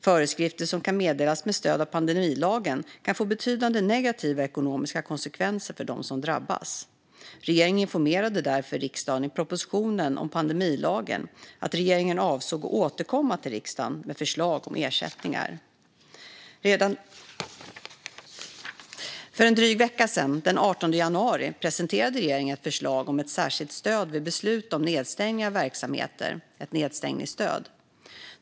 Föreskrifter som meddelas med stöd av pandemilagen kan få betydande negativa ekonomiska konsekvenser för dem som drabbas. Regeringen informerade därför riksdagen i propositionen om pandemilagen att regeringen avsåg att återkomma till riksdagen med förslag om ersättningar. För en dryg vecka sedan, den 18 januari, presenterade regeringen ett förslag om ett särskilt stöd vid beslut om stängning av verksamheter, ett nedstängningsstöd.